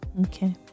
Okay